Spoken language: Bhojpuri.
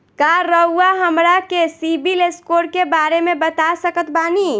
का रउआ हमरा के सिबिल स्कोर के बारे में बता सकत बानी?